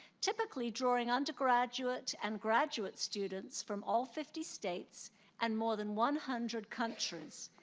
typically drawing undergraduate and graduate students from all fifty states and more than one hundred countries.